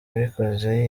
yabikoze